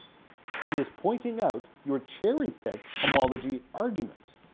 it is pointing out your cherry picked homology arguments.